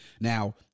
Now